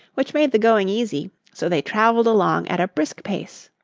which made the going easy, so they traveled along at a brisk pace.